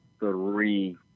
three